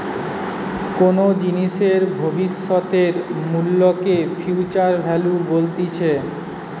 কোনো জিনিসের ভবিষ্যতের মূল্যকে ফিউচার ভ্যালু বলতিছে